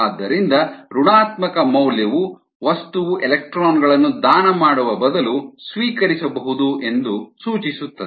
ಆದ್ದರಿಂದ ಋಣಾತ್ಮಕ ಮೌಲ್ಯವು ವಸ್ತುವು ಎಲೆಕ್ಟ್ರಾನ್ ಗಳನ್ನು ದಾನ ಮಾಡುವ ಬದಲು ಸ್ವೀಕರಿಸಬಹುದು ಎಂದು ಸೂಚಿಸುತ್ತದೆ